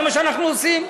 שזה מה שאנחנו עושים?